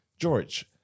George